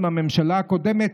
עם הממשלה הקודמת,